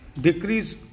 decrease